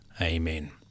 amen